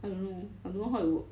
I don't know I don't know how it works